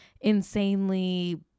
insanely